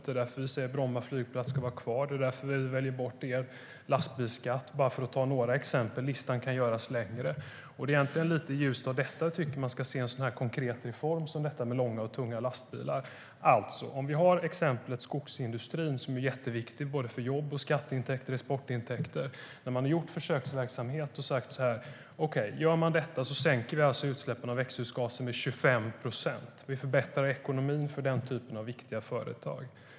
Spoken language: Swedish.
Det är därför vi säger att Bromma flygplats ska vara kvar. Det är därför vi väljer bort er lastbilsskatt, bara för att ta några exempel. Listan kan göras längre. Det är egentligen lite i ljuset av detta jag tycker att man ska se en sådan här konkret reform som detta med långa och tunga lastbilar. Vi har exemplet skogsindustrin, som är jätteviktig såväl för jobb som för skatteintäkter och exportintäkter. Man har gjort försöksverksamhet och sagt: Okej, om man gör detta sänker vi utsläppen av växthusgaser med 25 procent. Vi förbättrar ekonomin för den typen av viktiga företag.